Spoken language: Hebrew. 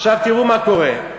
עכשיו תראו מה קורה,